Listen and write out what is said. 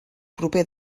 proper